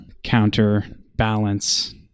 Counterbalance